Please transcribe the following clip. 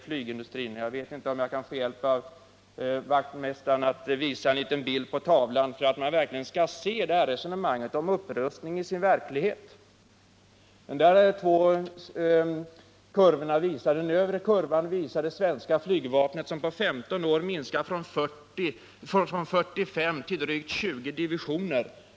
För att man verkligen skall se hur det förhåller sig med upprustningen visar jag nu ett diagram på kammarens intern-TV-anläggning. Den övre kurvan visar att det svenska flygvapnet på 15 år minskat från 45 till drygt 20 divisioner.